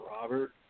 Robert